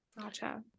Gotcha